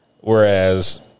Whereas